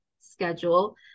schedule